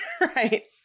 right